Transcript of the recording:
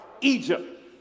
Egypt